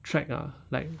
track ah like